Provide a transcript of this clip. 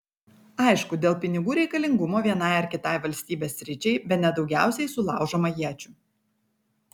aišku dėl pinigų reikalingumo vienai ar kitai valstybės sričiai bene daugiausiai sulaužoma iečių